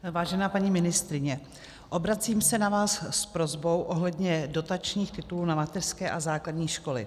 Vážená paní ministryně, obracím se na vás s prosbou ohledně dotačních titulů na mateřské a základní školy.